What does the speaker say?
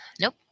Nope